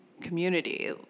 community